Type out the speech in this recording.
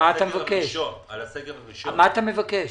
מה אתה מבקש?